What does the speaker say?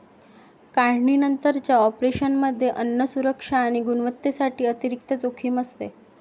काढणीनंतरच्या ऑपरेशनमध्ये अन्न सुरक्षा आणि गुणवत्तेसाठी अतिरिक्त जोखीम असते